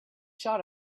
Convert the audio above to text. shot